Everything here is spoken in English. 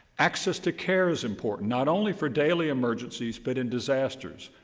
access to care is important, not only for daily emergencies, but in disasters.